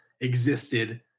existed